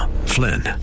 Flynn